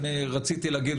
אני רציתי להגיד,